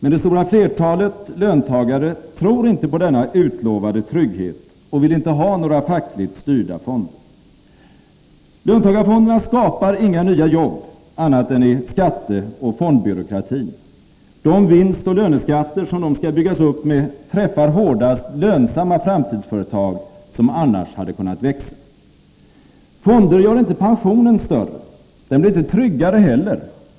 Men det stora flertalet löntagare tror inte på denna utlovade trygghet och vill inte ha några fackligt styrda fonder. Löntagarfonderna skapar inga nya jobb — annat än i skatteoch fondbyråkratin. De vinstoch löneskatter som de skall byggas upp med träffar hårdast lönsamma framtidsföretag, som annars hade kunnat växa. Fonderna gör inte pensionen större. Den blir inte tryggare heller.